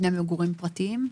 מבני מגורים פרטיים?